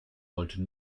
wollte